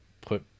put